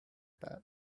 that